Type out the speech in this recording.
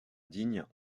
digne